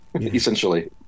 essentially